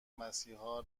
مسیحا